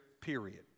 period